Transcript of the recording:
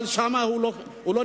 אבל שם הוא לא נמצא.